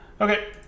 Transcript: Okay